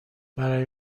برای